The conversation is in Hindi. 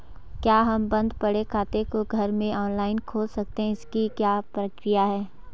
क्या हम बन्द पड़े खाते को घर में ऑनलाइन खोल सकते हैं इसकी क्या प्रक्रिया है?